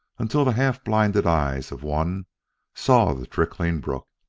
until the half-blinded eyes of one saw the trickling brook.